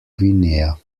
guinea